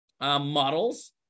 models